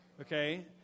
Okay